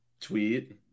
tweet